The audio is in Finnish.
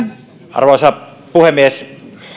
arvoisa puhemies